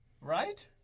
right